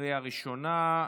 בקריאה ראשונה.